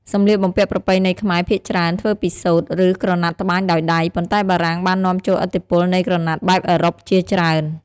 សម្លៀកបំំពាក់ប្រពៃណីខ្មែរភាគច្រើនធ្វើពីសូត្រ ឬ ក្រណាត់ត្បាញដោយដៃ ប៉ុន្តែបារាំងបាននាំចូលឥទ្ធិពលនៃក្រណាត់បែបអឺរ៉ុបជាច្រើន។